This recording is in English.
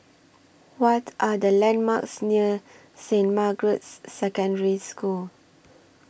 What Are The landmarks near Saint Margaret's Secondary School